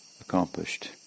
accomplished